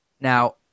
Now